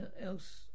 else